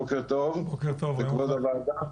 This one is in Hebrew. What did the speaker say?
בוקר טוב, לכבוד הוועדה.